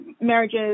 marriages